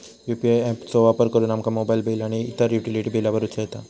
UPI app चो वापर करुन आमका मोबाईल बिल आणि इतर युटिलिटी बिला भरुचा येता